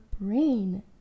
brain